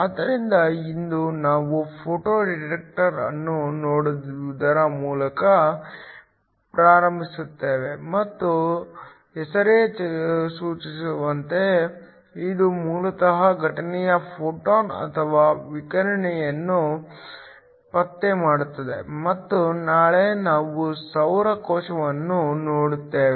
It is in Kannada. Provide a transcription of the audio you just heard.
ಆದ್ದರಿಂದ ಇಂದು ನಾವು ಫೋಟೋ ಡಿಟೆಕ್ಟರ್ ಅನ್ನು ನೋಡುವುದರ ಮೂಲಕ ಪ್ರಾರಂಭಿಸುತ್ತೇವೆ ಮತ್ತು ಹೆಸರೇ ಸೂಚಿಸುವಂತೆ ಇದು ಮೂಲತಃ ಘಟನೆಯ ಫೋಟಾನ್ ಅಥವಾ ವಿಕಿರಣವನ್ನು ಪತ್ತೆ ಮಾಡುತ್ತದೆ ಮತ್ತು ನಾಳೆ ನಾವು ಸೌರ ಕೋಶವನ್ನು ನೋಡುತ್ತೇವೆ